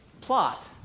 plot